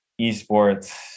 esports